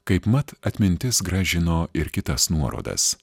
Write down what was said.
kaipmat atmintis grąžino ir kitas nuorodas